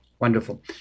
Wonderful